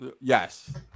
Yes